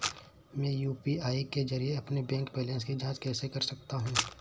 मैं यू.पी.आई के जरिए अपने बैंक बैलेंस की जाँच कैसे कर सकता हूँ?